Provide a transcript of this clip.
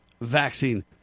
vaccine